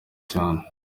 cyane